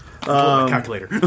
Calculator